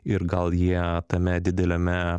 ir gal jie tame dideliame